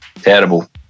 Terrible